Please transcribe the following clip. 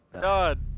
God